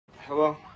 Hello